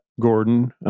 Gordon